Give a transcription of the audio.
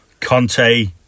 Conte